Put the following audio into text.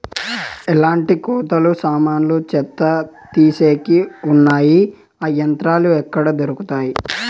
ఎట్లాంటి కోతలు సామాన్లు చెత్త తీసేకి వున్నాయి? ఆ యంత్రాలు ఎక్కడ దొరుకుతాయి?